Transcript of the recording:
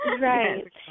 right